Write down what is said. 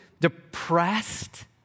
depressed